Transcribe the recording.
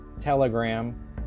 Telegram